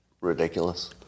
ridiculous